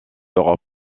d’europe